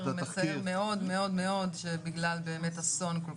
מצער מאוד מאוד שבגלל באמת אסון כל